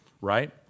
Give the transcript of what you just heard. right